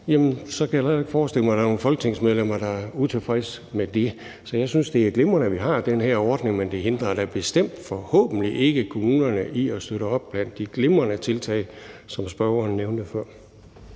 Så kan jeg da heller ikke forestille mig, at der er nogen folketingsmedlemmer, der ville være utilfredse med det. Så jeg synes, det er glimrende, at vi har den her ordning, men det hindrer da bestemt forhåbentlig ikke kommunerne i at støtte op om de glimrende tiltag, som spørgeren nævnte før.